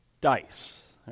dice